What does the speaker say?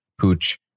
Pooch